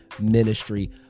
ministry